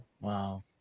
Wow